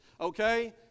okay